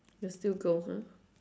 you'll still go ha